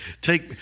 Take